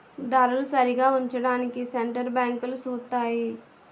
ధరలు సరిగా ఉంచడానికి సెంటర్ బ్యాంకులు సూత్తాయి